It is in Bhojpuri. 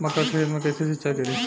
मका के खेत मे कैसे सिचाई करी?